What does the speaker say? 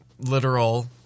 literal